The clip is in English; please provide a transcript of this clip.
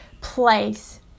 place